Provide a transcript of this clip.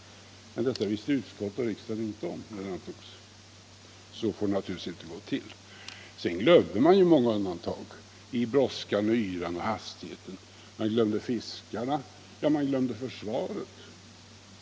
Men detta visste utskottet och riksdagen inte om när lagen antogs. Så får det naturligtvis inte gå till. Sedan glömde man många undantag i brådskan och yran och hastigheten. Man glömde fiskarna, och man glömde försvaret.